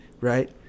right